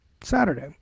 Saturday